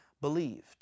believed